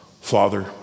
Father